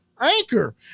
anchor